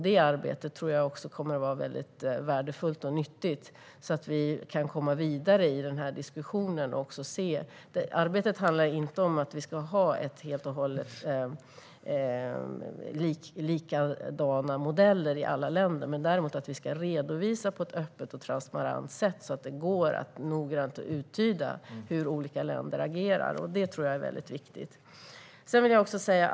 Detta arbete, som Sverige är delaktigt i, kommer att vara värdefullt och nyttigt för att komma vidare i diskussionen. Arbetet handlar inte om att vi ska ha likadana modeller i alla länder utan om att vi ska redovisa på ett öppet och transparent sätt så att det går att noggrant uttyda hur olika länder agerar. Det är viktigt.